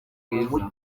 bwiza